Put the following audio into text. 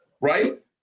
Right